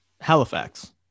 halifax